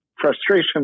frustration